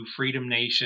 freedomnation